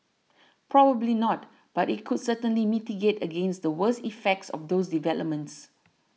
probably not but it could certainly mitigate against the worst effects of those developments